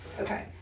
Okay